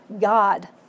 God